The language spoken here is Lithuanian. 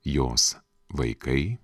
jos vaikai